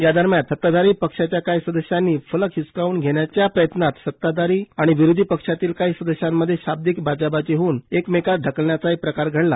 यादरम्यान सताधारी पक्षाच्या काही सदस्यांनी फलक हिस्साकवून घेण्याच्या प्रयत्नात सत्ताधारी आणि विरोधी पक्षातील काही सदस्यांमध्ये शाब्दीक बाचाबाची होऊन एका मेकास ठकलण्याचाही प्रकार घडला